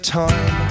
time